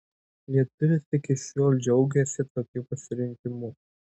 lietuvis iki šiol džiaugiasi tokiu pasirinkimu